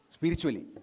spiritually